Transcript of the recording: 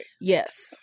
Yes